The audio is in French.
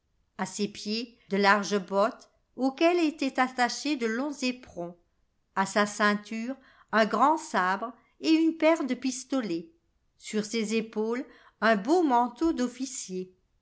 à ses pieds de larges bottes auxquelles étaient attachés de longs éperons à sa ceinture un grand sabre et une paire de pistolets sur ses épaules un beau manteau d'officier